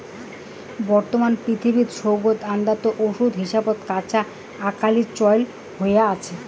বর্তমান পৃথিবীত সৌগ আন্দাত ও ওষুধ হিসাবত কাঁচা আকালির চইল হয়া আছে